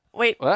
Wait